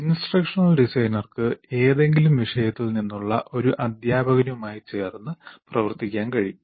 instructional ഡിസൈനർക്ക് ഏതെങ്കിലും വിഷയത്തിൽ നിന്നുള്ള ഒരു അധ്യാപകനുമായി ചേർന്ന് പ്രവർത്തിക്കാൻ കഴിയും